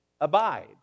abide